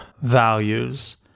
values